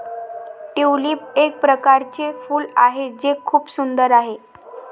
tulip एक प्रकारचे फूल आहे जे खूप सुंदर आहे